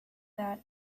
that